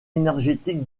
énergétique